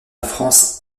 france